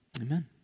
Amen